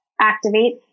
activate